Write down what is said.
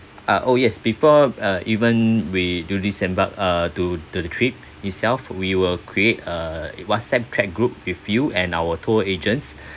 uh oh yes before uh even we do disembark uh to to the trip itself we will create a whatsapp chat group with you and our tour agents